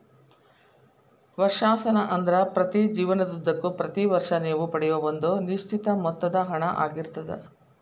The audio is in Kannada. ವರ್ಷಾಶನ ಅಂದ್ರ ನಿಮ್ಮ ಜೇವನದುದ್ದಕ್ಕೂ ಪ್ರತಿ ವರ್ಷ ನೇವು ಪಡೆಯೂ ಒಂದ ನಿಶ್ಚಿತ ಮೊತ್ತದ ಹಣ ಆಗಿರ್ತದ